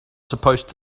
supposed